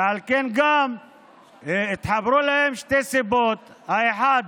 ועל כן גם התחברו להן שתי סיבות: האחת,